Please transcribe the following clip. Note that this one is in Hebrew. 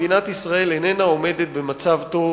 מדינת ישראל איננה עומדת במצב טוב